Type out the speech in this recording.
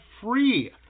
free